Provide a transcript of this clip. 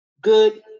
good